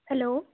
hello